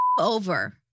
over